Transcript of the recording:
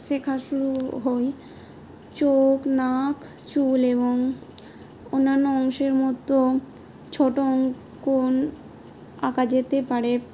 শেখা শুরু হই চোখ নাক চুল এবং অন্যান্য অংশের মতো ছোটো অঙ্কণ আঁকা যেতে পারে